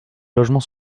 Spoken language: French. logements